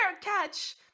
catch